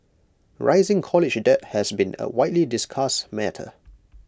rising college debt has been A widely discussed matter